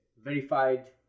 verified